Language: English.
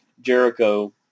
Jericho